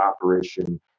operation